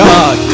God